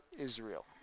Israel